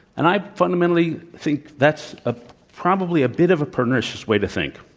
and i fundamentally think that's a probably a bit of a pernicious way to think.